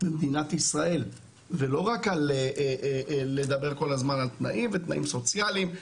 במדינת ישראל ולא רק לדבר כל הזמן על תנאים ותנאים סוציאליים.